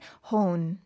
Hone